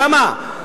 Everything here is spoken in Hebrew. למה?